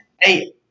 Hey